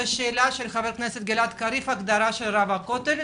ומה ההגדרה של רב הכותל,